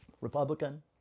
Republican